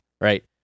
right